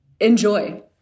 Enjoy